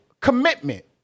commitment